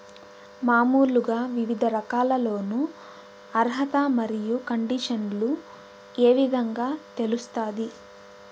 మామూలుగా వివిధ రకాల లోను అర్హత మరియు కండిషన్లు ఏ విధంగా తెలుస్తాది?